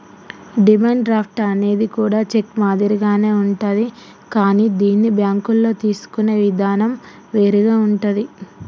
demand draft అనేది కూడా check మాదిరిగానే ఉంటాది కానీ దీన్ని బ్యేంకుల్లో తీసుకునే ఇదానం వేరుగా ఉంటాది